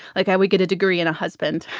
like i we get a degree and a husband.